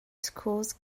schools